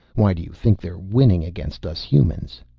why do you think they're winning against us humans?